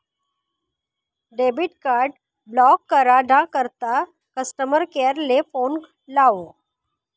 debit card block करा ना करता कस्टमर केअर ले फोन लावो